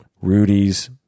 Rudy's